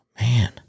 man